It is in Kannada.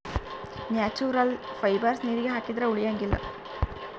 ನ್ಯಾಚುರಲ್ ಫೈಬರ್ಸ್ ನೀರಿಗೆ ಹಾಕಿದ್ರೆ ಉಳಿಯಂಗಿಲ್ಲ